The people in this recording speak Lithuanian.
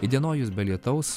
įdienojus be lietaus